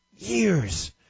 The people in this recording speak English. years